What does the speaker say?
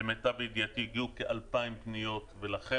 למיטב ידיעתי הגיעו כ-2,000 פניות ולכן